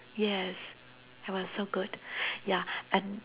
yes it was so good ya and